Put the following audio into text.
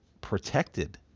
protected